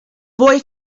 boy